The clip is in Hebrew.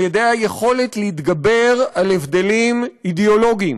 על-ידי היכולת להתגבר על הבדלים אידיאולוגיים